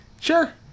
sure